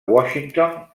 washington